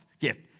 Gift